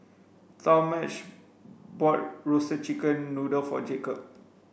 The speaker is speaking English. Talmadge bought roasted chicken noodle for Jacob